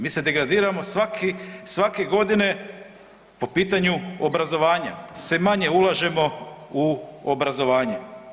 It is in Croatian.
Mi se degradiramo svake godine po pitanju obrazovanja, sve manje ulažemo u obrazovanje.